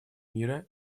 мира